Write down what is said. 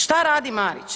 Šta radi Marić?